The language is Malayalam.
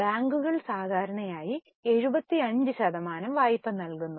ബാങ്കുകൾ സാധരണ ആയി 75 ശതമാനം വായ്പ നൽകുന്നു